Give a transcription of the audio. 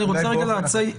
אני רוצה רגע להציע,